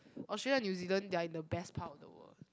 Australia New Zealand they're in the best part of the world